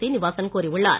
சீனிவாசன் கூறியுள்ளார்